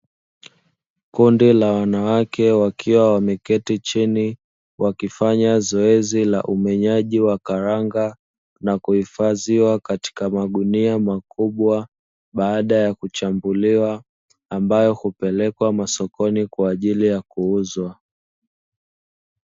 Kundi la wanawake wakiwa wameketi chini wakifanya zoezi la umenyaji wa karanga na kuhifadhiwa katika magunia makubwa baada ya kuchambuliwa, ambayo hupelekwa masokoni kwa ajili ya kuuzwa.